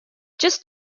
just